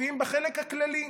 מופיעים בחלק הכללי.